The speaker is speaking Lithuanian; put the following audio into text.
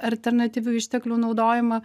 alternatyvių išteklių naudojimą